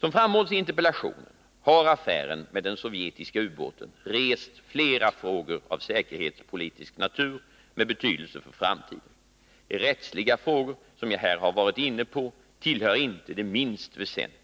Som framhålls i interpellationen har affären med den sovjetiska ubåten rest flera frågor av säkerhetspolitisk natur med betydelse för framtiden. De rättsliga frågor som jag här har varit inne på tillhör inte de minst väsentliga.